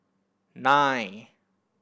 nine